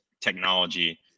technology